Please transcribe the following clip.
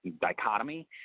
dichotomy